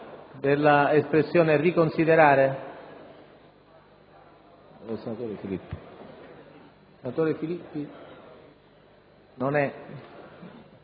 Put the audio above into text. Grazie